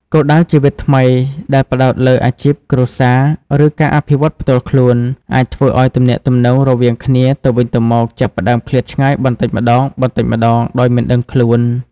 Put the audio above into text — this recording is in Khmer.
គោលដៅជីវិតថ្មីដែលផ្តោតលើអាជីព គ្រួសារ ឬការអភិវឌ្ឍន៍ផ្ទាល់ខ្លួន អាចធ្វើឱ្យទំនាក់ទំនងរវាងគ្នាទៅវិញទៅមកចាប់ផ្តើមឃ្លាតឆ្ងាយបន្តិចម្ដងៗដោយមិនដឹងខ្លួន។